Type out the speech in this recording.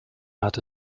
hatte